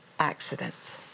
accident